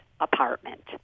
apartment